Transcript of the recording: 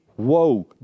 whoa